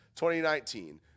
2019